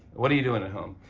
what are you doing at home?